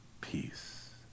peace